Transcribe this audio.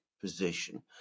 position